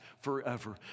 forever